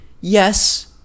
Yes